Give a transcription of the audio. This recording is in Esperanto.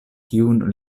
kiun